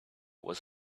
was